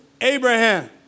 Abraham